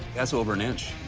that's over an inch.